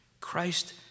Christ